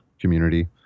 community